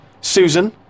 Susan